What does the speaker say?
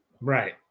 right